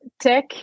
tech